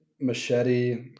machete